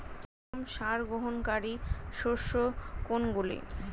কম সার গ্রহণকারী শস্য কোনগুলি?